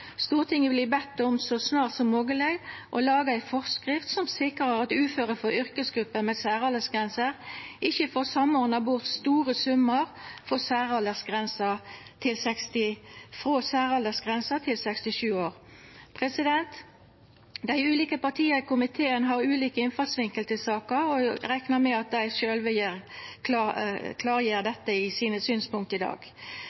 Stortinget vert bedt om så snart som mogleg å laga ei forskrift som sikrar at uføre frå yrkesgrupper med særaldersgrenser ikkje får samordna bort store summar frå særaldersgrensa til 67 år. Dei ulike partia i komiteen har ulik innfallsvinkel til saka, og eg reknar med at dei sjølve vil klargjera sine synspunkt i dag.